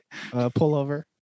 pullover